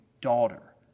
daughter